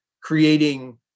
creating